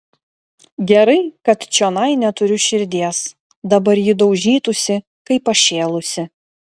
gerai kad čionai neturiu širdies dabar ji daužytųsi kaip pašėlusi